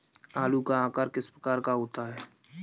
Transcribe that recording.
आलू का आकार किस प्रकार का होता है?